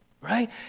right